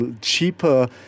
cheaper